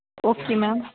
okay ma'am